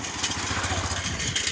सरकारी बजटक वार्षिक बजटो कहाल जाछेक